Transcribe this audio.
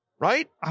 Right